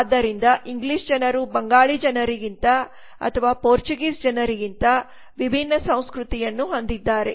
ಆದ್ದರಿಂದ ಇಂಗ್ಲಿಷ್ ಜನರು ಬಂಗಾಳಿ ಜನರಿಗಿಂತ ಅಥವಾ ಪೋರ್ಚುಗೀಸ್ ಜನರಿಗಿಂತ ವಿಭಿನ್ನ ಸಂಸ್ಕೃತಿಯನ್ನು ಹೊಂದಿದ್ದಾರೆ